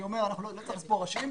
אני אומר שאנחנו לא צריכים לספור ראשים.